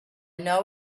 know